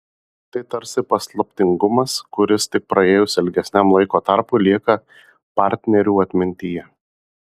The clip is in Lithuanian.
tai tarsi paslaptingumas kuris tik praėjus ilgesniam laiko tarpui lieka partnerių atmintyje